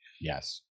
Yes